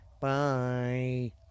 Bye